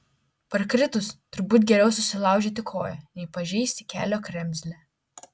parkritus turbūt geriau susilaužyti koją nei pažeisti kelio kremzlę